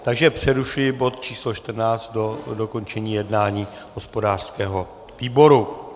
Takže přerušuji bod číslo 14 do dokončení jednání hospodářského výboru.